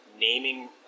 naming